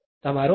તમારો આભાર